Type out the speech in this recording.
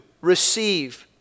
receive